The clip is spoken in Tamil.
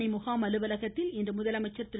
சென்னை முகாம் அலுவலகத்தில் இன்று முதலமைச்சர் திரு